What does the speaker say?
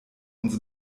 uns